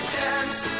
dance